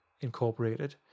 Incorporated